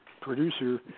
producer